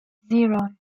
zero